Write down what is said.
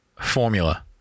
formula